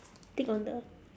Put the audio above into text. tick on the